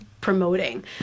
promoting